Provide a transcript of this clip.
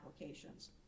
applications